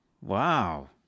Wow